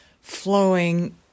flowing